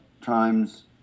times